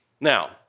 Now